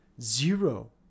zero